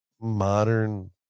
modern